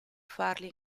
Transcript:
farli